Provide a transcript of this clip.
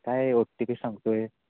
काय O T P सांगतो आहे